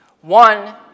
One